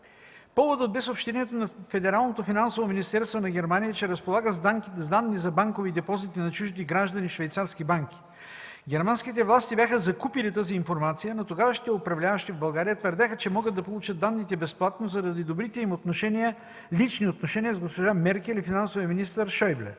финансово министерство на Германия, че разполага с данни за банкови депозити на чужди граждани в швейцарски банки. Германските власти бяха закупили тази информация, но тогавашните управляващи в България твърдяха, че могат да получат данните безплатно заради добрите им лични отношения с госпожа Меркел и финансовия министър Шойле.